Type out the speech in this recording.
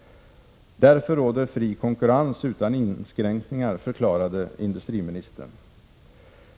Därför råder det fri konkurrens utan inskränkningar, förklarade industriministern.